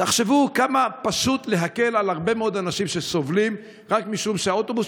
תחשבו כמה פשוט להקל על הרבה מאוד אנשים שסובלים רק משום שהאוטובוס,